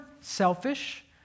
selfish